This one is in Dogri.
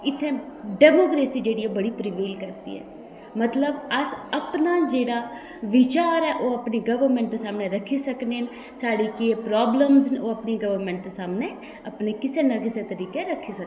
इत्थें डैमोक्रेसी जेह्ड़ी ऐ बड़ी प्रीवेल करदी ऐ ते मतलब अस अपना जेह्ड़ा वचार ऐ ओह् गौरमेंट सामनै रक्खी सकने न साढ़ी केह् प्रॉब्लमस न ओह् अपनी गौरमेंट सामनै अपने कुसै ना कुसै तरीकै कन्नै रक्खी सकने